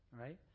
right